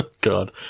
God